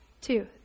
two